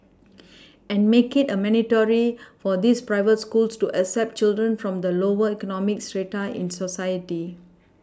and make it a mandatory for these private schools to accept children from the lower economic strata in society